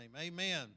amen